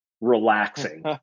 relaxing